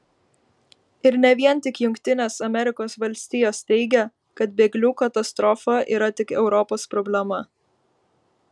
ir ne vien tik jungtinės amerikos valstijos teigia kad bėglių katastrofa yra tik europos problema